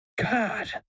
God